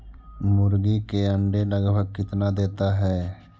मुर्गी के अंडे लगभग कितना देता है?